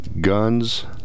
guns